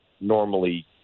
normally